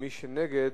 מי שנגד,